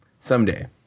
Someday